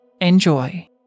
Enjoy